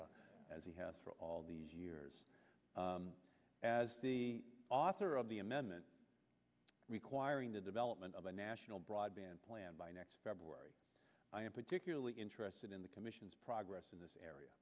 for as he has for all these years as the author of the amendment requiring the development of a national broadband plan by next february i am particularly interested in the commission's progress in this area